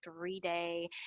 three-day